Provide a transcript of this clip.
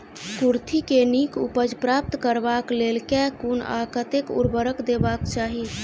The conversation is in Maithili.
कुर्थी केँ नीक उपज प्राप्त करबाक लेल केँ कुन आ कतेक उर्वरक देबाक चाहि?